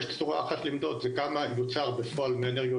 יש צורה אחת למדוד זה כמה יוצר בפועל מאנרגיות